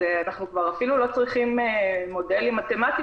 אנחנו אפילו כבר לא צריכים מודלים מתמטיים,